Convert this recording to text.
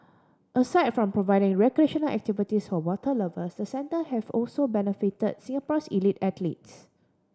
aside from providing recreational activities for water lovers the centre has also benefit Singapore's elite athletes